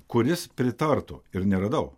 kuris pritartų ir neradau